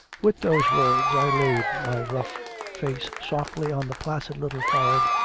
with those words i laid my rough face softly on the placid little forehead,